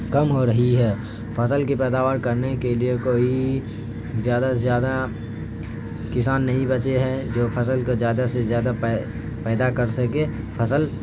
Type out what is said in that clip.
کم ہو رہی ہے فصل کی پیداوار کرنے کے لیے کوئی زیادہ سے زیادہ کسان نہیں بچے ہیں جو فصل کو زیادہ سے زیادہ پے پیدا کر سکے فصل